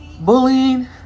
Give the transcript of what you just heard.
Bullying